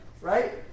Right